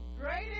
greatest